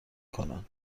کنن